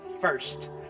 first